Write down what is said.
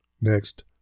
Next